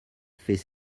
fait